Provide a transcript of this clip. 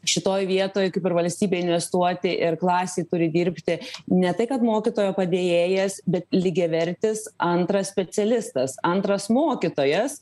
šitoj vietoj kaip ir valstybė investuoti ir klasėj turi dirbti ne tai kad mokytojo padėjėjas bet lygiavertis antras specialistas antras mokytojas